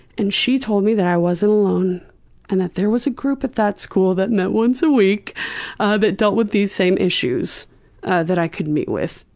and she told me that i wasn't alone and that there was a group at that school that met once a week ah that dealt with these same issues that i could meet with.